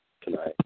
tonight